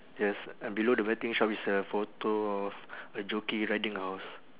yes and below the betting shop is a photo of a jockey riding a horse